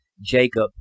Jacob